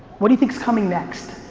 what do you think's coming next?